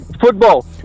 Football